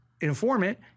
informant